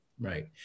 right